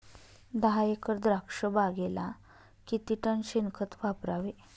दहा एकर द्राक्षबागेला किती टन शेणखत वापरावे?